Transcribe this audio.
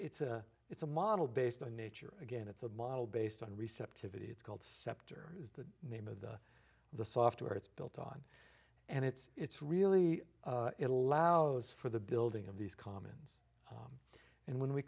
it's a it's a model based on nature again it's a model based on receptivity it's called scepter is the name of the the software it's built on and it's really it allows for the building of these commons and when we